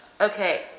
Okay